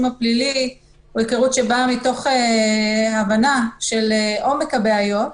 הפלילי היא היכרות שבאה מתוך הבנה של עומק הבעיות,